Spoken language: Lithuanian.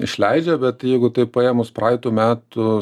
išleidžia bet jeigu taip paėmus praeitų metų